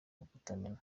umutamenwa